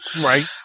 Right